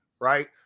right